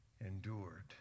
endured